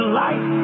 life